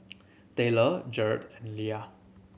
Tayler Gearld and Leah